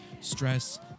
stress